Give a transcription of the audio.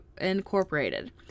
incorporated